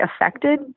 affected